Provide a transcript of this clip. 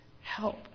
help